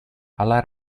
alla